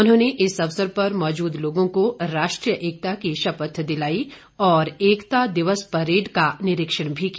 उन्होंने इस अवसर पर मौजूद लोगों को राष्ट्रीय एकता की शपथ दिलाई और एकता दिवस परेड का निरीक्षण भी किया